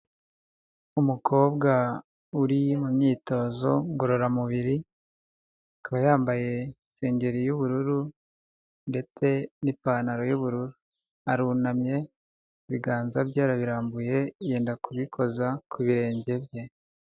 Umukobwa uri mu myitozo ngororamubiri akaba yambaye isengeri y'ubururu ndetse n'ipantaro y'ubururu, arunamye ibiganza bye arabirambuye yenda kubikoza ku birenge bye.